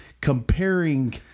comparing